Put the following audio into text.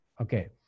Okay